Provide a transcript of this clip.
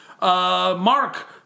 Mark